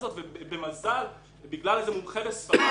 אם הם לא עשו שום פעולת חקירה, לא תהיה להם תוספת.